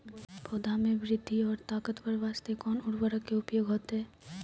पौधा मे बृद्धि और ताकतवर बास्ते कोन उर्वरक के उपयोग होतै?